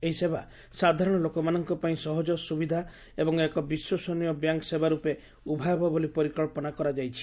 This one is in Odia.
ଏହି ସେବା ସାଧାରଣ ଲୋକମାନଙ୍କପାଇଁ ସହଜ ସୁବିଧା ଏବଂ ଏକ ବିଶ୍ୱସନୀୟ ବ୍ୟାଙ୍କ୍ ସେବା ରୂପେ ଉଭା ହେବ ବୋଲି ପରିକ୍ସନା କରାଯାଇଛି